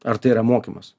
ar tai yra mokymas